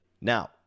Now